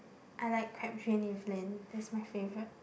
I like Crabtree and Evelyn that's my favourite